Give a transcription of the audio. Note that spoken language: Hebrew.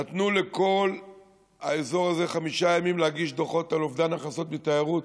נתנו לכל האזור הזה חמישה ימים להגיש דוחות על אובדן הכנסות מתיירות.